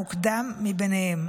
המוקדם מבניהם.